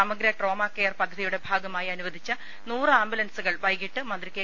സ്മഗ്ര trauma care പദ്ധ തിയുടെ ഭാഗമായി അനുവദിച്ച നൂറ് ആംബുലൻസു കൾ വൈകിട്ട് മന്ത്രി കെ